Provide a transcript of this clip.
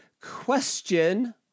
question